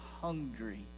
hungry